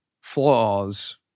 flaws